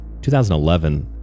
2011